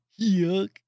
Yuck